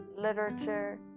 literature